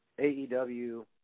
AEW